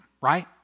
right